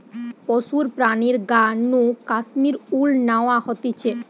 পশুর প্রাণীর গা নু কাশ্মীর উল ন্যাওয়া হতিছে